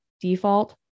default